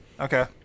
Okay